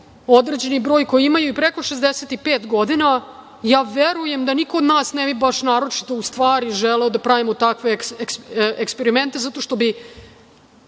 poslanika koji imaju i preko 65 godina, ja verujem da niko od nas ne bi baš naročito želeo da pravimo takve eksperimente, zato što bi